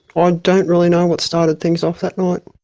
ah don't really know what started things off that night.